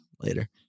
Later